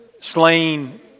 slain